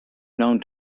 known